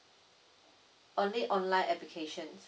only online application